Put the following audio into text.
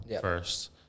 First